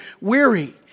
weary